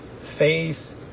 faith